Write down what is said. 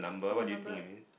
what numbered